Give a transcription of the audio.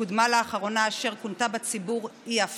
שקודמה לאחרונה, אשר כונתה בציבור "אי-הפללה".